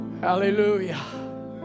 Hallelujah